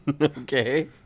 Okay